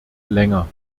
länger